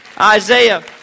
Isaiah